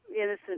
innocent